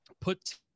put